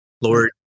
Lord